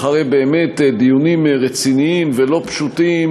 אחרי באמת דיונים רציניים ולא פשוטים,